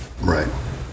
Right